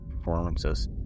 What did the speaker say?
performances